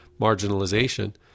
marginalization